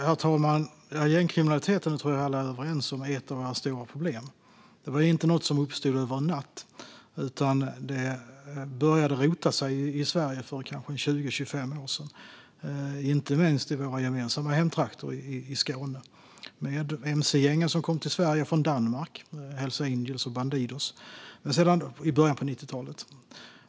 Herr talman! Jag tror att alla är överens om att gängkriminaliteten är ett av våra stora problem. Det är inte någonting som uppstod över en natt. Den började rota sig i Sverige för kanske 20-25 år sedan, inte minst i våra gemensamma hemtrakter i Skåne med mc-gängen som kom till Sverige från Danmark - Hells Angels och Bandidos - i början av 1990-talet.